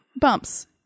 bumps